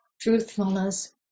truthfulness